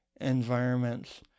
environments